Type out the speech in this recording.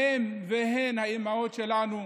האימהות שלנו,